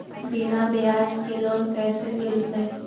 बिना ब्याज के लोन कैसे मिलतै?